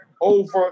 over